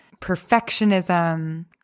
perfectionism